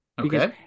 Okay